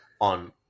On